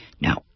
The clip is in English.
Now